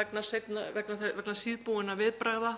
vegna síðbúinna viðbragða